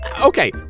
okay